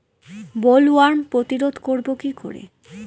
Bollworm প্রতিরোধ করব কি করে?